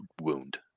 wound